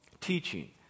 teaching